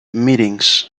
meetings